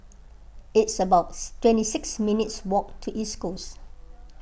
it's about twenty six minutes' walk to East Coast